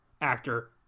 actor